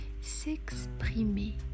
S'exprimer